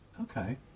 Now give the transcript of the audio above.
Okay